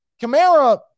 Kamara